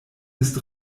ist